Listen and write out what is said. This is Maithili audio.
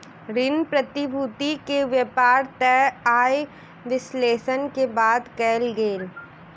ऋण प्रतिभूति के व्यापार तय आय विश्लेषण के बाद कयल गेल